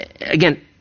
Again